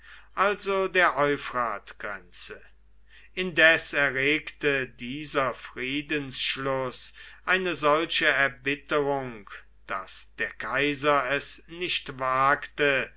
also der euphratgrenze indes erregte dieser friedensschluß eine solche erbitterung daß der kaiser es nicht wagte